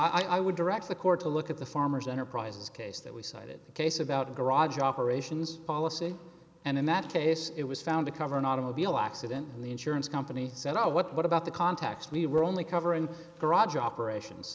know i would direct the court to look at the farmer's enterprises case that we cited a case about a garage operations policy and in that case it was found to cover an automobile accident when the insurance company said what about the contacts needed were only covering garage operations